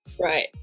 Right